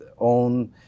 own